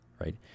right